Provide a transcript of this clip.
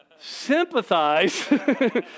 Sympathize